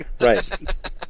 right